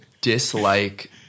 dislike